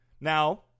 Now